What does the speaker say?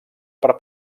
per